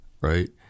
right